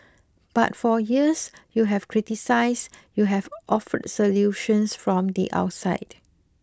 but for years you have criticised you have offered solutions from the outside